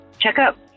checkup